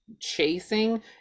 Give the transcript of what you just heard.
chasing